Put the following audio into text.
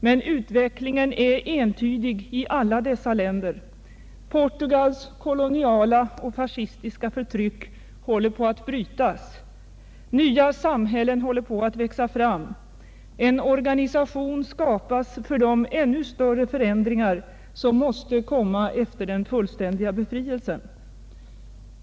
Men utvecklingen är entydig i alla dessa länder. Portugals koloniala och fascistiska förtryck håller på att brytas. Nya samhällen håller på att växa fram. En organisation skapas för de ännu större förändringar, som måste komma efter den fullständiga befrielsen.